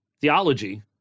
theology